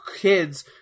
kids